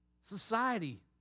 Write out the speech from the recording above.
Society